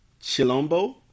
Chilombo